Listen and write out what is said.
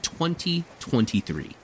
2023